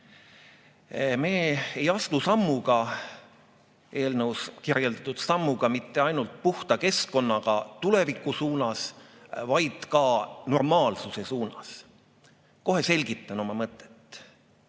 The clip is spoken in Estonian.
Me ei astu eelnõus kirjeldatud sammuga mitte ainult puhta keskkonnaga tuleviku suunas, vaid ka normaalsuse suunas. Kohe selgitan oma mõtet. Tänane